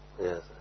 Yes